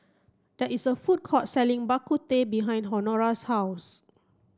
there is a food court selling Bak Kut Teh behind Honora's house